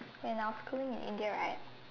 when I was schooling in India right